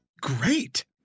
great